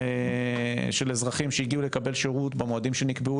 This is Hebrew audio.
של אזרחים שהגיעו לקבל שירות במועדים שנקבעו